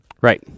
Right